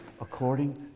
according